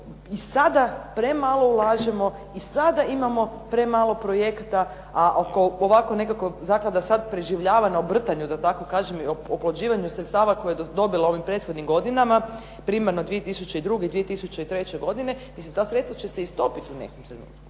i sada premalo ulažemo, i sada imamo premalo projekata a ako ovako nekako zaklada sad preživljava na obrtanju da tako kažem i oplođivanju sredstava koje je dobila u ovim prethodnim godinama primarno 2002., 2003. godine mislim ta sredstva će se istopiti u nekom trenutku.